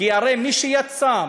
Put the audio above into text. כי הרי מי שיצא,